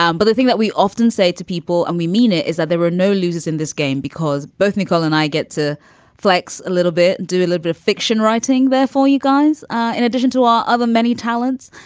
um but the thing that we often say to people and we mean it is that there were no losers in this game because both nicole and i get to flex a little bit, do a little bit of fiction writing there for you guys in addition to all other many talents.